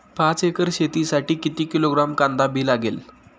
पाच एकर शेतासाठी किती किलोग्रॅम कांदा बी लागेल?